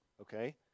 okay